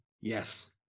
Yes